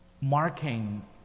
Marking